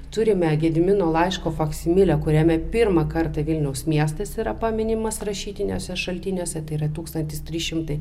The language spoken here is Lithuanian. turime gedimino laiško faksimilę kuriame pirmą kartą vilniaus miestas yra paminimas rašytiniuose šaltiniuose tai yra tūkstantis trys šimtai